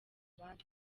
abandi